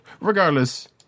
Regardless